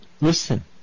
Listen